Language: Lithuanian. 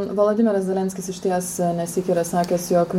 volodymyras zelenskis išties ne sykį yra sakęs jog